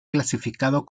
clasificado